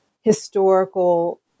historical